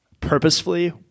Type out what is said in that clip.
purposefully